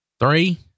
Three